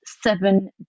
seven